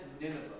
Nineveh